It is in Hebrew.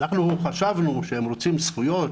אנחנו חשבנו שהם רוצים זכויות,